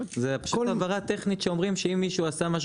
זו פשוט הבהרה טכנית שאומרים שאם מישהו עשה משהו